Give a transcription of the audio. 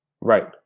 right